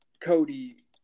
Cody